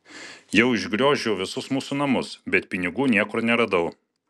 jau išgriozdžiau visus mūsų namus bet pinigų niekur neradau